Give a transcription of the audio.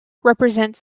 represents